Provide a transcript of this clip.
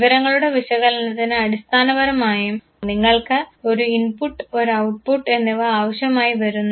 വിവരങ്ങളുടെ വിശകലനത്തിന് അടിസ്ഥാനപരമായും നിങ്ങൾക്ക് ഒരു ഇൻപുട്ട് ഒരു ഔട്ട്പുട്ട് എന്നിവ ആവശ്യമായി വരുന്നു